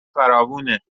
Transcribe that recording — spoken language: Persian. فراوونه